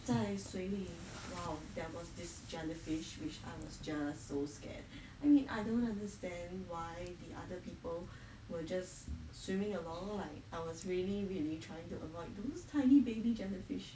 在水里 !wow! there was this jellyfish which I was just so scared I mean I don't understand why the other people were just swimming along like I was really really trying to avoid those tiny baby jellyfish